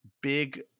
big